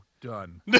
Done